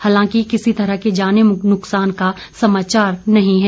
हालांकि किसी तरह के जानी नुकसान का समाचार नहीं है